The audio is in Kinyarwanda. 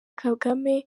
kagame